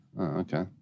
okay